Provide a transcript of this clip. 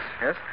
yes